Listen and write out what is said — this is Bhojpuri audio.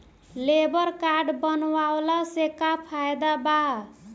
लेबर काड बनवाला से का फायदा बा?